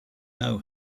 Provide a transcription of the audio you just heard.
know